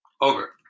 Over